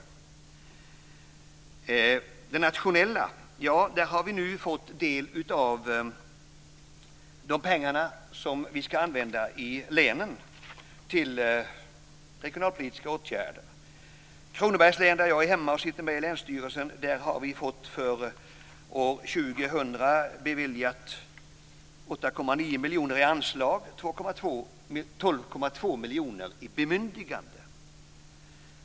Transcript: I den nationella har vi nu fått del av de pengar som vi ska använda i länen till regionalpolitiska åtgärder. Kronobergs län, där jag hör hemma och sitter med i länsstyrelsen, har fått beviljat för år 2000 8,9 miljoner i anslag och 12,2 miljoner i bemyndigande.